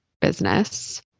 business